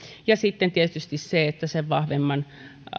ja sitten tietysti siitä että vahvemman